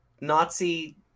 Nazi